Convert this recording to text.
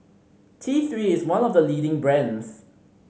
T Three is one of the leading brands